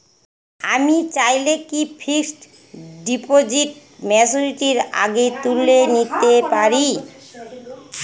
আমি চাইলে কি ফিক্সড ডিপোজিট ম্যাচুরিটির আগেই তুলে নিতে পারি?